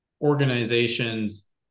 organizations